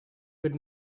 could